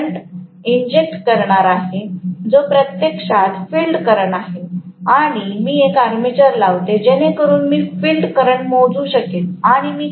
आता मी current inject करणार आहे जो प्रत्यक्षात फिल्ड करंट आहे आणि मी एक आर्मेचर लावते जेणेकरुन मी फील्ड करंट मोजू शकेन